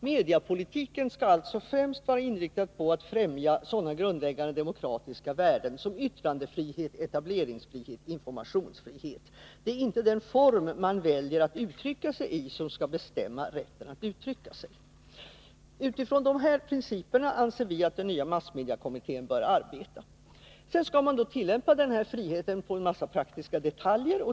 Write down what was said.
Mediepolitiken skall alltså främst vara inriktad på att främja sådana grundläggande demokratiska värden som yttrandefrihet, etableringsfrihet och informationsfrihet. Det är inte den form man väljer att uttrycka sig i som skall bestämma rätten att uttrycka sig. Utifrån dessa principer anser vi att den nya massmediekommittén bör arbeta. Det blir sedan fråga om att tillämpa denna frihet på en mängd praktiska detaljer.